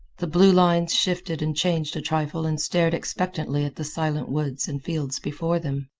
the blue lines shifted and changed a trifle and stared expectantly at the silent woods and fields before them.